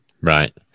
Right